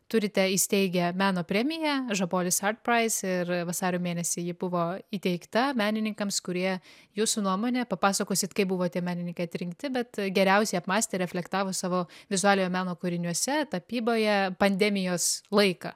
turite įsteigę meno premiją žabolis art prais ir vasario mėnesį ji buvo įteikta menininkams kurie jūsų nuomone papasakosit kaip buvo tie menininkai atrinkti bet geriausiai apmąstė reflektavo savo vizualiojo meno kūriniuose tapyboje pandemijos laiką